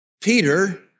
Peter